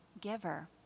giver